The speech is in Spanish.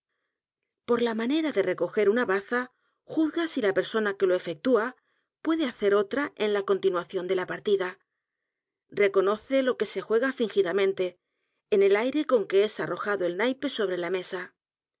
r la manera de recoger una baza juzga si la persona que lo efectúa puede hacer otra en la continuación de la partida reconoce lo que se j u e g a fingidamente en el aire con que es arrojado el naipe sobre la mesa